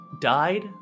died